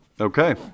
Okay